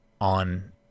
on